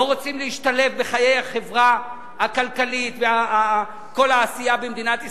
לא רוצים להשתלב בחיי החברה הכלכלית וכל העשייה במדינת ישראל?